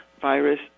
virus